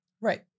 Right